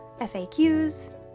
FAQs